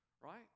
right